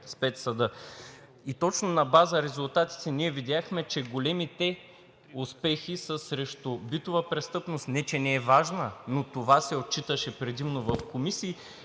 Спецсъдът. И точно на база резултатите ние видяхме, че големите успехи са срещу битова престъпност – не, че не е важна, но това се отчиташе предимно в комисиите,